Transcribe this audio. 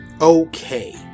okay